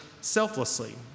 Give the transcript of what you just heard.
selflessly